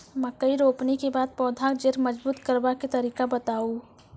मकय रोपनी के बाद पौधाक जैर मजबूत करबा के तरीका बताऊ?